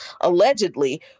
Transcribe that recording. allegedly